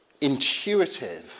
intuitive